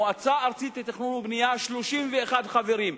מועצה ארצית לתכנון ובנייה, 31 חברים.